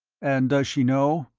and does she know?